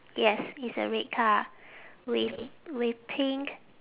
yes it's a red car with with pink